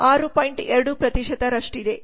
2 ರಷ್ಟಿದೆ